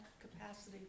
capacity